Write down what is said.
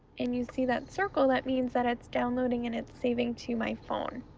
and you see that circle that means that it's downloading and it's saving to my phone.